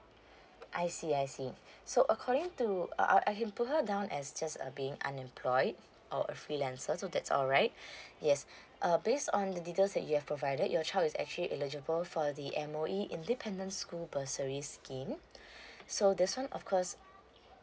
I see I see so according to uh I'll I can put her down as just uh being unemployed or a freelancer so that's alright yes uh based on the details that you have provided your child is actually eligible for the M_O_E independent school bursaries scheme so this one of course